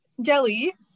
Jelly